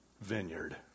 Vineyard